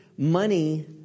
Money